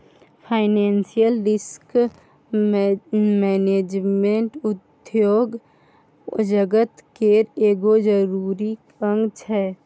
financial risk management उद्योग जगत केर एगो जरूरी अंग छै